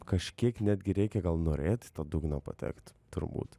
kažkiek netgi reikia gal norėt į tą dugną patekt turbūt